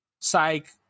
psych